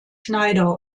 schneider